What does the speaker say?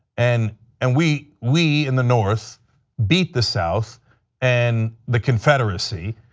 and and we we in the north beat the south and the confederacy.